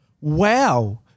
Wow